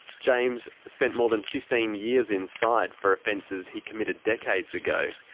james spent more than fifteen years inside for offences he committed decades ago.